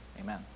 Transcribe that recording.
amen